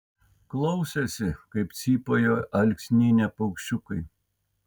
klausėsi kaip cypauja alksnyne paukščiukai